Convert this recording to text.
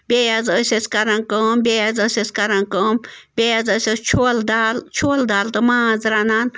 بیٚیہِ حظ ٲسۍ أس کَران کٲم بیٚیہِ حظ ٲسس کَران کٲم بیٚیہِ حظ ٲسۍ أس چھوٚلہٕ دال چھوٚلہٕ دال تہٕ ماز رَنان